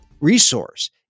resource